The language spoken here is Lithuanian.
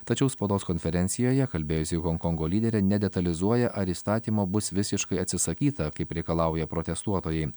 tačiau spaudos konferencijoje kalbėjusi honkongo lyderė nedetalizuoja ar įstatymo bus visiškai atsisakyta kaip reikalauja protestuotojai